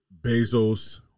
Bezos